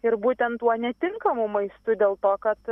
ir būtent tuo netinkamu maistu dėl to kad